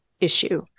issue